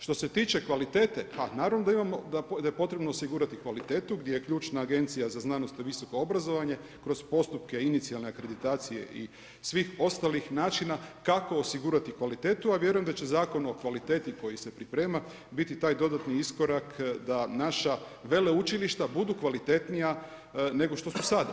Što se tiče kvalitete, pa naravno da je potrebno osigurati kvalitetu gdje je ključna Agencija za znanost u visokom obrazovanju kroz postupke inicijalne akreditacije i svi ostalih načina kako osigurati kvalitetu a vjerujem da će Zakon o kvaliteti koji se priprema, biti taj dodatni iskorak da naša veleučilišta budu kvalitetnija nego što su sada.